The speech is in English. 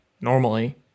normally